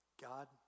God